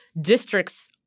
districts